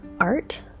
art